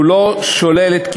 שהוא לא שולל, הם התחילו וסיימו?